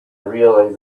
realize